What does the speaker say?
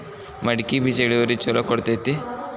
ಮಡಕಿ ಬೇಜ ಇಳುವರಿ ಛಲೋ ಕೊಡ್ತೆತಿ?